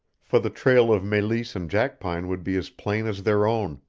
for the trail of meleese and jackpine would be as plain as their own,